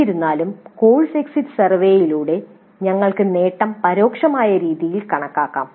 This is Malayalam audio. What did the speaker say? എന്നിരുന്നാലും കോഴ്സ് എക്സിറ്റ് സർവേയിലൂടെ ഞങ്ങൾക്ക് നേട്ടം പരോക്ഷമായ രീതിയിൽ കണക്കാക്കാം